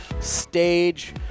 stage